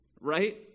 right